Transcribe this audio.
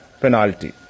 penalty